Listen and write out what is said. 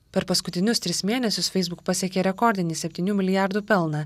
per paskutinius tris mėnesius facebook pasiekė rekordinį septynių milijardų pelną